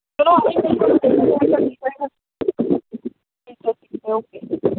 ਚਲੋ ਠੀਕ ਹੈ ਜੀ ਓਕੇ